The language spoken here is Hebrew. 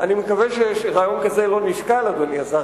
אני מקווה שרעיון כזה לא נשקל, אדוני השר.